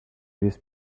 these